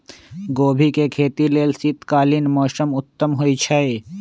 गोभी के खेती लेल शीतकालीन मौसम उत्तम होइ छइ